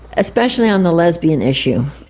especially on the lesbian issue.